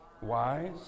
wise